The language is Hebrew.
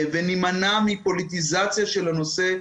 ונימנע מפוליטיזציה של הנושא.